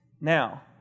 Now